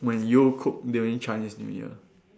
when you cooked during Chinese new year